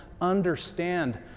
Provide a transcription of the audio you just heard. understand